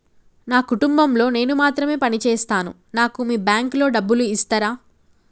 నా కుటుంబం లో నేను మాత్రమే పని చేస్తాను నాకు మీ బ్యాంకు లో డబ్బులు ఇస్తరా?